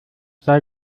sei